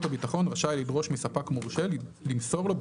הביטחון רשאי לדרוש מספק מורשה למסור לו,